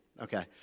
Okay